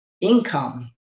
income